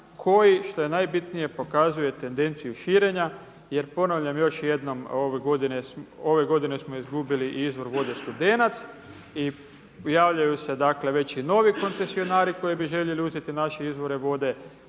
koji što je najbitnije pokazuje tendenciju širenja. Jer ponavljam još jednom, ove godine smo izgubili izvor vode Studenac i javljaju se već i novi koncesionari koji bi željeli uzeti naše izvore vode,